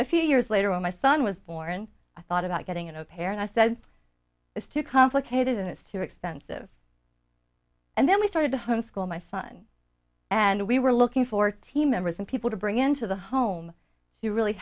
a few years later when my son was born i thought about getting a pair and i said it's too complicated and it's too expensive and then we started to homeschool my son and we were looking for team members and people to bring into the home to really